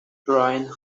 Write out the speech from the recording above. trying